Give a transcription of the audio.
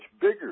bigger